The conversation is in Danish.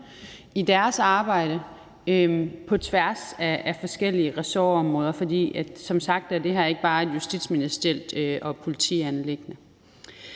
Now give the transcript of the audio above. i deres arbejde på tværs af forskellige ressortområder. For som sagt er det her ikke bare et justitsministerielt anliggende